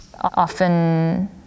often